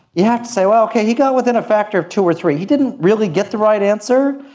yeah so okay, he got within a factor of two or three. he didn't really get the right answer,